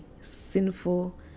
sinful